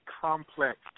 complex